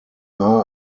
are